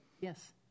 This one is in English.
Yes